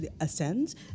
ascends